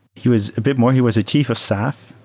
he was a bit more. he was a chief of staff.